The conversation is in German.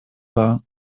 war